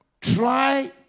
try